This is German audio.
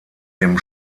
dem